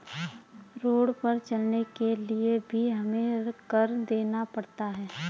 road पर चलने के लिए भी हमें कर देना पड़ता है